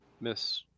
Miss